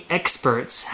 experts